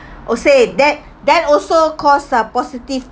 oh say that that also cause uh positive